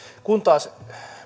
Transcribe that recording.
kun taas